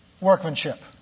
workmanship